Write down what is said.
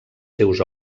seus